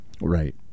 Right